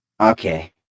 Okay